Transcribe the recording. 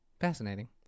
Fascinating